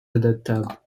adaptable